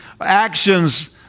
actions